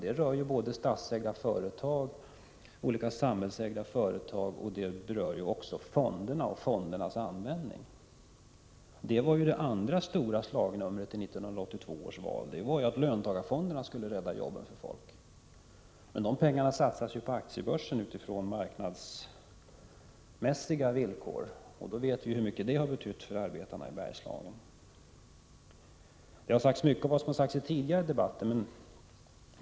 Det rör statsägda företag och olika samhällsägda företag liksom fonderna och fondernas användning. Det var det andra stora slagnumret i 1982 års val att löntagarfonderna skulle rädda jobben åt folk. Men de pengarna satsas ju på aktiebörsen, under marknadsmässiga villkor. Hur mycket det har betytt för arbetarna i Bergslagen vet vi. Det har talats mycket om vad som har sagts i tidigare debatter.